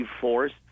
force